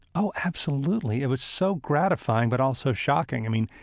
oh, absolutely. it was so gratifying, but also shocking. i mean,